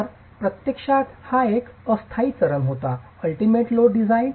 तर प्रत्यक्षात हा एक अस्थायी चरण होता अलटीमेट लोड डिझाइन